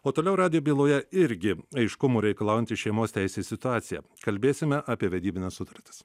o toliau radio byloje irgi aiškumų reikalaujanti šeimos teisė į situaciją kalbėsime apie vedybines sutartis